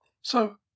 So